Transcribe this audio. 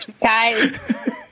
Guys